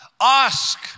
Ask